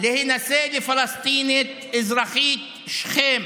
להינשא לפלסטינית אזרחית שכם